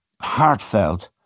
heartfelt